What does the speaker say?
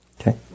Okay